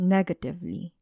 Negatively